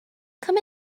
come